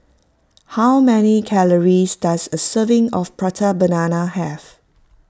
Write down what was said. how many calories does a serving of Prata Banana have